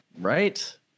Right